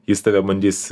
jis tave bandys